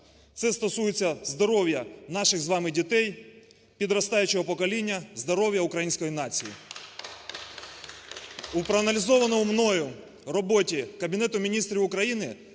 Це стосується здоров'я наших з вами дітей, підростаючого покоління, здоров'я української нації. У проаналізованій мною роботі Кабінету Міністрів України